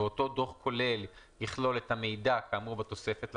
ואותו דוח כולל יכלול את המידע כאמור בתוספת לתקנות,